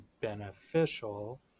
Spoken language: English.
beneficial